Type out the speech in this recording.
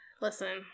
listen